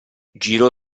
girò